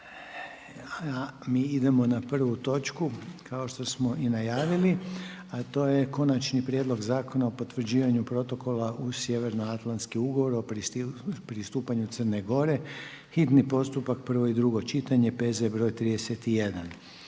a mi idemo na prvu točku kao što smo i najavili, a to je 1. Konačni prijedlog zakona o potvrđivanju Protokola uz Sjevernoatlantski ugovor o pristupanju Crne Gore, hitni postupak, prvo i drugo čitanje, P.Z. br. 31.